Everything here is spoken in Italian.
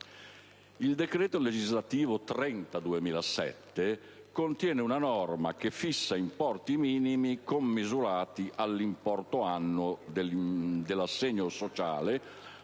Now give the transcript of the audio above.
Il decreto legislativo n. 30 del 2007 contiene una norma che fissa importi minimi commisurati all'importo annuo dell'assegno sociale,